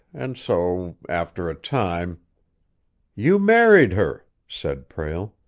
and so after a time you married her, said prale.